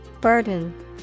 Burden